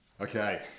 Okay